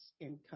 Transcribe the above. income